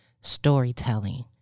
storytelling